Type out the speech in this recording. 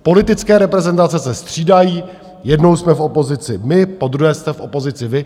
Politické reprezentace se střídají, jednou jsme v opozici my, podruhé jste v opozici vy.